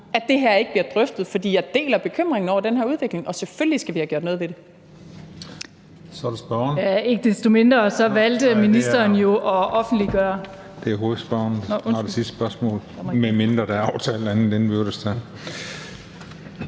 at det her ikke bliver drøftet, for jeg deler bekymringen over den her udvikling, og selvfølgelig skal vi have gjort noget ved det.